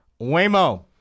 Waymo